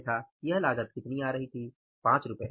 अन्यथा यह लागत कितनी आ रही थी 5 रु